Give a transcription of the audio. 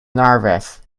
nervous